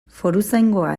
foruzaingoa